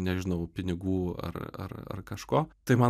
nežinau pinigų ar ar ar kažko tai man